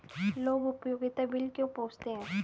लोग उपयोगिता बिल क्यों पूछते हैं?